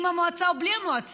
עם המועצה או בלי המועצה,